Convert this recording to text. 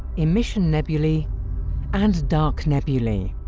emission nebulae and dark nebulae.